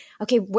okay